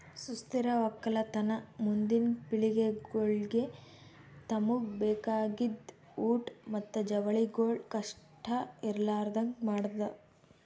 ಸುಸ್ಥಿರ ಒಕ್ಕಲತನ ಮುಂದಿನ್ ಪಿಳಿಗೆಗೊಳಿಗ್ ತಮುಗ್ ಬೇಕಾಗಿದ್ ಊಟ್ ಮತ್ತ ಜವಳಿಗೊಳ್ ಕಷ್ಟ ಇರಲಾರದಂಗ್ ಮಾಡದ್